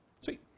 Sweet